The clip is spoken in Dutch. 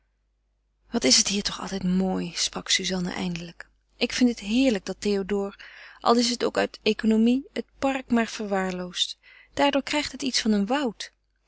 wat is het hier toch altijd mooi sprak suzanne eindelijk ik vind het heerlijk dat théodore al is het ook uit economie het park maar verwaarloost daardoor krijgt het iets van een woud